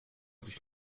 sich